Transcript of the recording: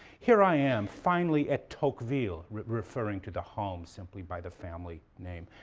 here i am, finally at tocqueville, referring to the home simply by the family name.